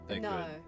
No